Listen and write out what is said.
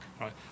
right